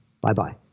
Bye-bye